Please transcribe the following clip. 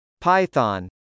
Python